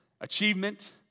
achievement